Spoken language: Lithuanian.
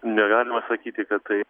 negalima sakyti kad tai